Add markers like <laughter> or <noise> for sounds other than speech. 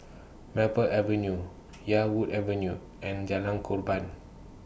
Maple Avenue <noise> Yarwood Avenue and Jalan Korban